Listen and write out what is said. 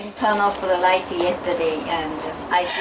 turn off the lights yesterday, and i